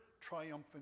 triumphant